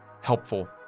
helpful